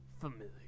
familiar